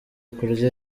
kurya